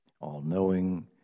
all-knowing